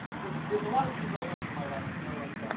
there's there's a lot of things i learned in my life. you know like ah